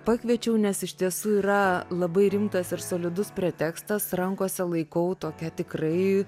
pakviečiau nes iš tiesų yra labai rimtas ir solidus pretekstas rankose laikau tokią tikrai